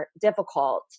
difficult